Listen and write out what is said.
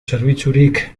zerbitzurik